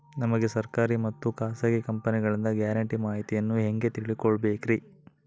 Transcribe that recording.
ನಮಗೆ ಸರ್ಕಾರಿ ಮತ್ತು ಖಾಸಗಿ ಕಂಪನಿಗಳಿಂದ ಗ್ಯಾರಂಟಿ ಮಾಹಿತಿಯನ್ನು ಹೆಂಗೆ ತಿಳಿದುಕೊಳ್ಳಬೇಕ್ರಿ?